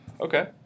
okay